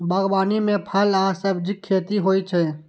बागवानी मे फल आ सब्जीक खेती होइ छै